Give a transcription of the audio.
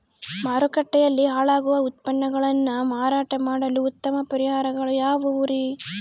ಮಾರುಕಟ್ಟೆಯಲ್ಲಿ ಹಾಳಾಗುವ ಉತ್ಪನ್ನಗಳನ್ನ ಮಾರಾಟ ಮಾಡಲು ಉತ್ತಮ ಪರಿಹಾರಗಳು ಯಾವ್ಯಾವುರಿ?